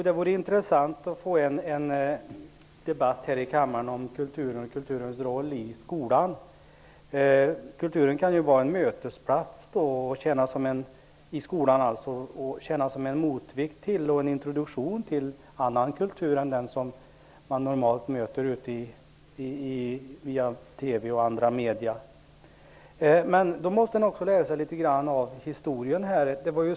Herr talman! Det skulle vara intressant att här i kammaren få en debatt om kulturens roll i skolan. Kulturen kan ju vara en mötesplats i skolan och tjäna som motvikt till eller vara en introduktion till den kultur man möter i TV och andra medier. Vi måste emellertid här lära oss något av historien.